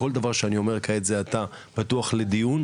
כל דבר שאני אומר כעת זה עתה פתוח לדיון,